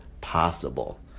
possible